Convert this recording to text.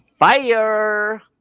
Fire